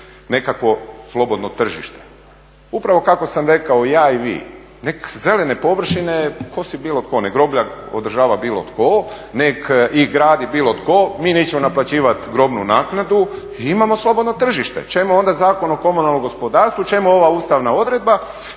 nekakvo slobodno tržište. Upravo kako sam rekao i ja i vi, neka zelene površine kosi bilo tko, neka groblja održava bilo tko i grad i bilo tko, mi nećemo naplaćivati grobnu naknadu i imamo slobodno tržište. Čemu onda Zakon o komunalnom gospodarstvu, čemu ova ustavna odredba